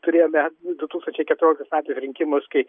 turėjome du tūkstančiai keturioliktais metais rinkimus kai